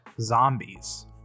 zombies